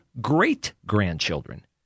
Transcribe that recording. great-grandchildren